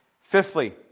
Fifthly